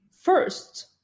first